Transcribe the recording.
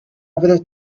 fyddet